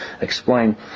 explain